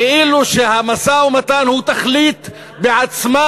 כאילו המשא-ומתן הוא תכלית בעצמה,